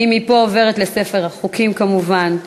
מפה היא עוברת לספר החוקים כמובן.